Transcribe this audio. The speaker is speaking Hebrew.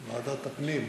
ועדת הפנים.